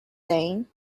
thing